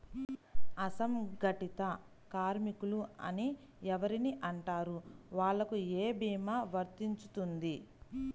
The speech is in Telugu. అసంగటిత కార్మికులు అని ఎవరిని అంటారు? వాళ్లకు ఏ భీమా వర్తించుతుంది?